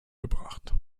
gebracht